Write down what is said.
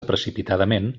precipitadament